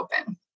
open